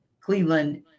Cleveland